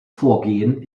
vorgehen